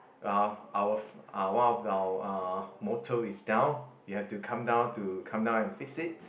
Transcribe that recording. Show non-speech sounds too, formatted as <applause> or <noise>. uh our <noise> uh one of our uh motor is down you have to come down to come down and fix it